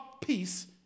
peace